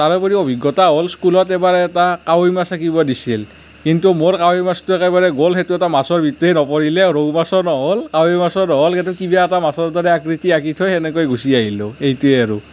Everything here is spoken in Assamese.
তাৰোপৰি অভিজ্ঞতা হ'ল স্কুলত এবাৰ এটা কাৱৈ মাছ আঁকিব দিছিল কিন্তু মোৰ কাৱৈ মাছটো একেবাৰে গোল সেইটো এটা মাছৰ ভিতৰতেই নপৰিলে ৰৌ মাছো নহ'ল কাৱৈ মাছো নহ'ল কিন্তু কিবা এটা মাছৰ দৰে আকৃতি আঁকি থৈ এনেকৈ গুছি আহিলোঁ এইটোৱেই আৰু